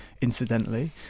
incidentally